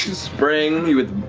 spraying you with